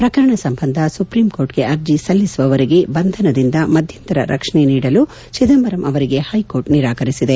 ಪ್ರಕರಣ ಸಂಬಂಧ ಸುಪ್ರೀಂಕೋರ್ಟ್ಗೆ ಅರ್ಜಿ ಸಲ್ಲಿಸುವವರೆಗೆ ಬಂಧನದಿಂದ ಮಧ್ದಂತರ ರಕ್ಷಣೆ ನೀಡಲು ಚಿದಂಬರಂ ಅವರಿಗೆ ಹೈಕೋರ್ಟ್ ನಿರಾಕರಿಸಿದೆ